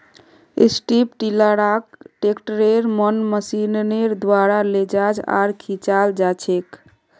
strip टीलारक ट्रैक्टरेर मन मशीनेर द्वारा लेजाल आर खींचाल जाछेक